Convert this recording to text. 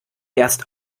erst